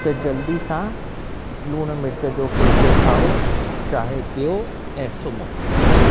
त जल्दी सां लुणु मिर्च जो फुल्को खाओ चांहि पियो ऐं सुम्हो